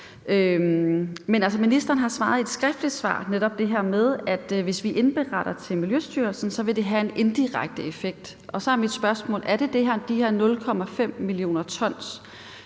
ministeren har netop i et skriftligt svar svaret det her med, at hvis vi indberetter til Miljøstyrelsen, vil det have en indirekte effekt. Så er mit spørgsmål: Er det de her 0,5 mio. t,